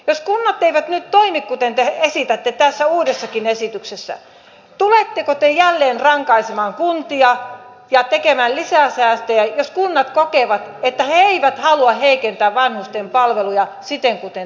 jos kunnat eivät nyt toimi kuten te esitätte tässä uudessakin esityksessä tuletteko te jälleen rankaisemaan kuntia ja tekemään lisää säästöjä jos kunnat kokevat että he eivät halua heikentää vanhusten palveluja siten kuin te esitätte